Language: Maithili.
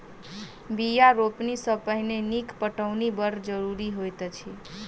बीया रोपनी सॅ पहिने नीक पटौनी बड़ जरूरी होइत अछि